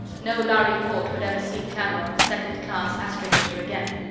no lhari port would ever see klanerol, second class astrogator, again.